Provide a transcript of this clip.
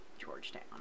Georgetown